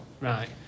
right